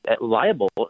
liable